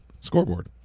Scoreboard